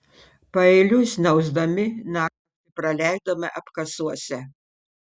paeiliui snausdami naktį praleidome apkasuose